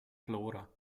flora